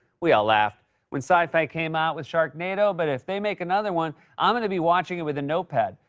we all laughed when syfy came out with sharknado, but, if they make another one, i'm gonna be watching it with a notepad.